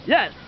Yes